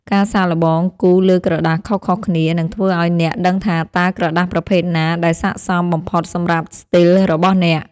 ការសាកល្បងគូរលើក្រដាសខុសៗគ្នានឹងធ្វើឱ្យអ្នកដឹងថាតើក្រដាសប្រភេទណាដែលស័ក្តិសមបំផុតសម្រាប់ស្ទីលរបស់អ្នក។